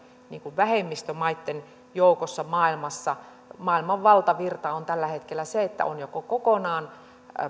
vähemmistömaitten joukossa maailmassa maailman valtavirta on tällä hetkellä se että joko on avioliittolaki